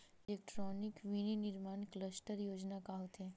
Electronic विनीर्माण cluster योजना का होथे?